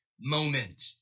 moment